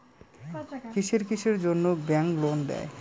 কিসের কিসের জন্যে ব্যাংক লোন দেয়?